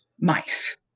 mice